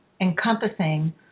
encompassing